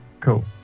Cool